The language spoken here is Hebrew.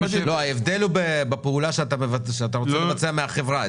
ההבדל הוא בפעולה שאתה רוצה לבצע על ידי החברה,